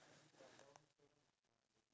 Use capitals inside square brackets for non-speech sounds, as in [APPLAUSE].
harley-davidson [LAUGHS]